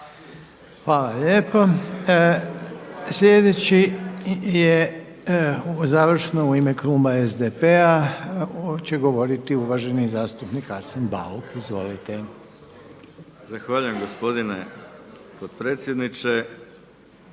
Hvala lijepa. Sljedeći je završno u ime kluba SDP-a će govoriti uvaženi zastupnik Arsen Bauk. Izvolite. **Bauk, Arsen